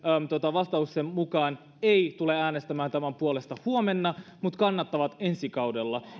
vastauksen mukaan ei tule äänestämään tämän puolesta huomenna mutta he kannattavat ensi kaudella